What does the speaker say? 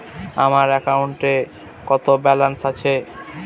আমার অ্যাকাউন্টে কত ব্যালেন্স আছে?